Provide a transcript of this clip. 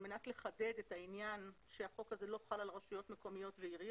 על מנת לחדד את זה שהחוק הזה לא חל על רשויות מקומיות ועיריות,